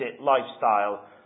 lifestyle